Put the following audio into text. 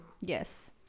yes